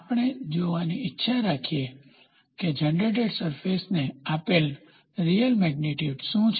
આપણે જોવાની ઇચ્છા રાખીએ છીએ કે જનરેટેડ સરફેસને આપેલ રીઅલ મેગ્નીટ્યુડ શું છે